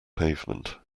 pavement